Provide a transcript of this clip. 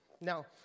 Now